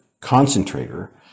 concentrator